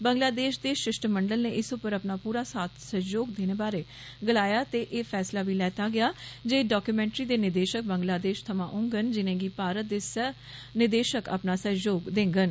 बंगलादेश दे शिष्टमंडल नै इस उप्पर अपना पूरा साथ सहयोग देने बारे गलाया ते फैसला बी लैता गेआ जे इस डाक्यूमेंट्री दे निर्देशक बंगलादेश थमां होंङन जिनेंगी मारत दे सह निर्देश अपना सहयोग देंङन